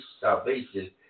salvation